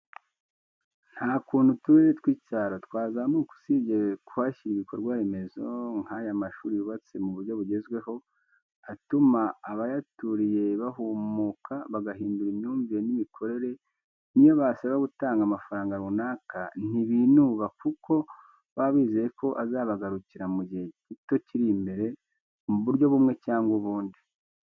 Nta kundi uturere tw'icyaro twazamuka usibye kuhashyira ibikorwa remezo nk'aya mashuri yubatse mu buryo bugezweho, atuma abayaturiye bahumuka bagahindura imyumvire n'imikorere n'iyo basabwa gutanga amafaranga runaka, ntibinuba kuko baba bizeye ko azabagarukira mu gihe gito kiri imbere, mu buryo bimwe cyangwa ubundi.